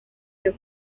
iyo